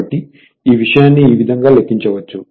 కాబట్టి ఈ విషయాన్ని ఈ విధంగా లెక్కించవచ్చు